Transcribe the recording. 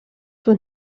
sus